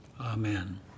Amen